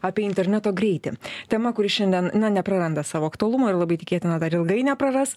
apie interneto greitį tema kuri šiandien na nepraranda savo aktualumo ir labai tikėtina dar ilgai nepraras